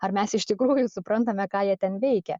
ar mes iš tikrųjų suprantame ką jie ten veikia